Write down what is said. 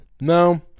No